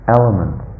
element